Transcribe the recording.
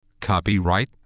Copyright